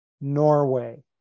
Norway